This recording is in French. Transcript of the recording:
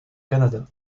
canada